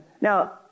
Now